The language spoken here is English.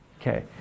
okay